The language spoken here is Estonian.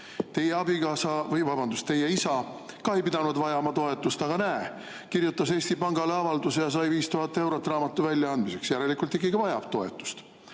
Teie abikaasa, või vabandust, teie isa ka ei pidanud vajama toetust, aga näe, kirjutas Eesti Pangale avalduse ja sai 5000 eurot raamatu väljaandmiseks, järelikult ikkagi vajab toetust. Minu